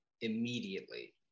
immediately